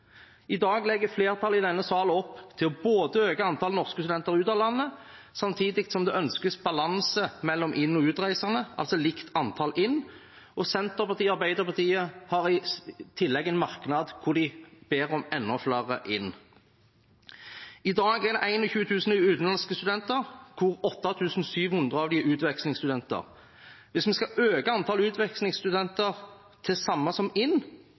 I dag legger flertallet i denne salen opp til å øke antallet norske studenter ut av landet samtidig som det ønskes balanse mellom inn- og utreisende, altså likt antall inn, og Senterpartiet og Arbeiderpartiet har i tillegg en merknad hvor de ber om enda flere inn. I dag er det 21 000 utenlandske studenter, hvor 8 700 av dem er utvekslingsstudenter. Hvis vi skal øke antallet utvekslingsstudenter til det samme som